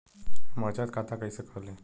हम बचत खाता कइसे खोलीं?